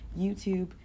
youtube